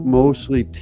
mostly